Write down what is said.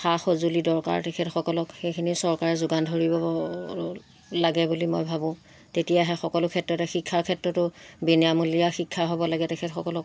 সা সঁজুলি দৰকাৰ তেখেতসকলক সেইখিনি চৰকাৰে যোগান ধৰিব লাগে বুলি মই ভাবোঁ তেতিয়াহে সকলো ক্ষেত্ৰতে শিক্ষাৰ ক্ষেত্ৰতো বিনিয়ামূলীয়া শিক্ষা হ'ব লাগে তেখেতসকলক